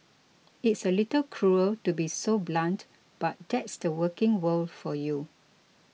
it's a little cruel to be so blunt but that's the working world for you